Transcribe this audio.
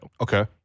Okay